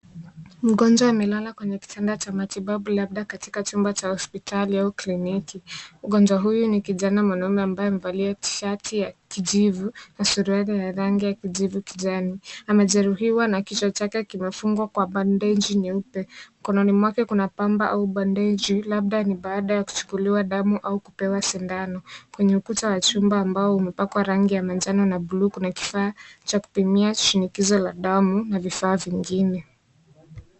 Mgonjwa amelala kwenye kitanda cha matibabu labda katika chumba cha hospitali au kliniki. Mgonjwa huyu ni kijana au mwanamume ambaye amevalia tishati ya kijivu na suruali ya rangi ya kijivu kijani. Amejeruhiwa na kichwa chake kimefungwa kwa bandeji jeupe. Mkononi mwake kuna pamba au bandeji, labda ni baada ya kuchukuliwa damu au kupewa sindano kwenye ukuta wa chumba ambao umepakwa rangi ya manjano na buluu kuna kifaa cha kupimia shinikizo la damu na vifaa vingine.